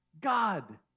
God